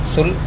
Sul